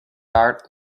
art